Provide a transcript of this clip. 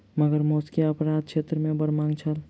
मगर मौस के अपराध क्षेत्र मे बड़ मांग छल